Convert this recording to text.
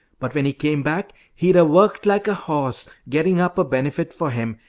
but when he came back he'd a worked like a horse getting up a benefit for him,